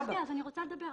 שנייה, שנייה, אני רוצה לדבר.